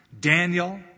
Daniel